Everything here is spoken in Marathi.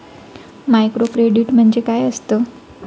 मायक्रोक्रेडिट म्हणजे काय असतं?